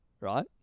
right